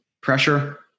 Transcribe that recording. pressure